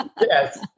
Yes